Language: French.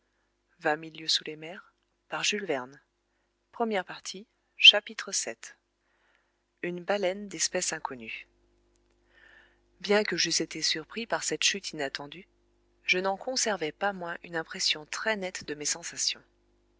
vii une baleine d'espèce inconnue bien que j'eusse été surpris par cette chute inattendue je n'en conservai pas moins une impression très nette de mes sensations